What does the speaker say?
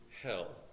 hell